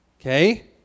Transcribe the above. Okay